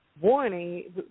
warning